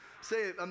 Say